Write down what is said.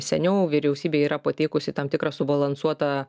seniau vyriausybė yra pateikusi tam tikrą subalansuotą